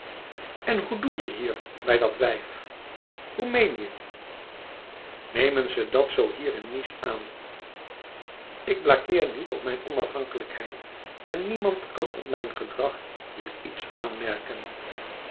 en hoe doe je hier bij dat wijf hoe meen je nemen ze dat zoo hier in nice aan ik blagueer niet op mijn onafhankelijkheid en niemand kan op mijn gedrag hier iets aanmerken